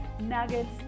nuggets